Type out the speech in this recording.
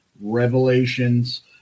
revelations